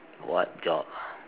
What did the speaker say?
what job ah